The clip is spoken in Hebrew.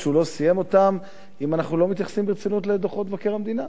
שהוא לא סיים אותם אם אנחנו לא מתייחסים ברצינות לדוחות מבקר המדינה?